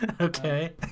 Okay